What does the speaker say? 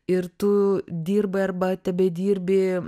ir tu dirbai arba tebedirbi